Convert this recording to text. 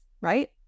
right